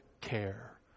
care